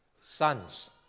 sons